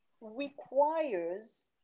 requires